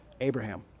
Abraham